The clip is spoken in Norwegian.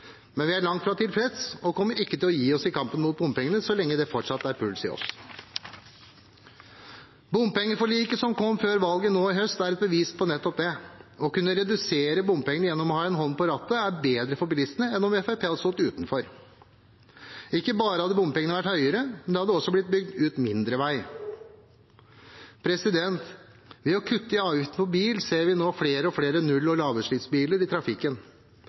men vi er langt fra tilfreds, og vi kommer ikke til å gi oss i kampen mot bompengene så lenge det fortsatt er puls i oss. Bompengeforliket som kom før valget nå i høst, er et bevis på nettopp det. Å kunne redusere bompengene gjennom å ha en hånd på rattet er bedre for bilistene enn om Fremskrittspartiet hadde stått utenfor. Ikke bare hadde bompengene vært høyere, det hadde også blitt bygd ut mindre vei. Ved å kutte i avgiftene for bil ser vi nå flere og flere null- og lavutslippsbiler i trafikken.